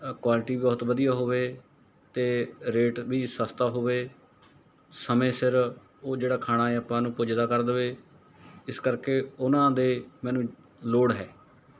ਅ quality ਵੀ ਬਹੁਤ ਵਧੀਆ ਹੋਵੇ ਅਤੇ ਰੇਟ ਵੀ ਸਸਤਾ ਹੋਵੇ ਸਮੇਂ ਸਿਰ ਉਹ ਜਿਹੜਾ ਖਾਣਾ ਏ ਆਪਾਂ ਨੂੰ ਪੁੱਜਦਾ ਕਰ ਦੇਵੇ ਇਸ ਕਰਕੇ ਉਹਨਾਂ ਦੇ ਮੈਨੂੰ ਲੋੜ ਹੈ